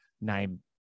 name